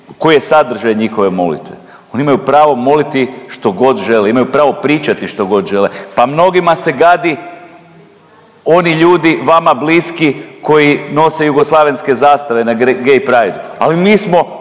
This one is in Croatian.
je sadržaj njihove molitve. Oni imaju pravo moliti što god žele, imaju pravo pričati što god žele. Pa mnogi ma se gadi oni ljudi vama bliski koji nose jugoslavenske zastave na gay pride, ali mi smo